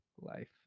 life